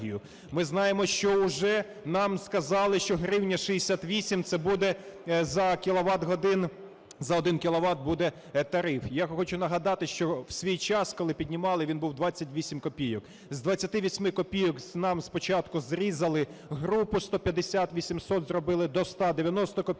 Ми знаємо, що уже нам сказали, що 1 гривня 68 це за один кіловат буде тариф. Я хочу нагадати, що у свій час, коли піднімали, він був 28 копійок. З 28 копійок нам спочатку зрізали групу 150 – 800, зробили до 100 – 90 копійок,